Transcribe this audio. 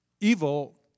evil